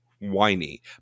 Whiny